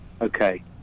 okay